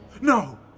No